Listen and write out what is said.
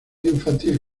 infantil